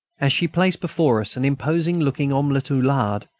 as she placed before us an imposing-looking omelette au lard,